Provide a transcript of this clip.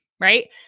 right